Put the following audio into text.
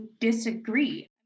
disagree